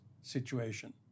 situation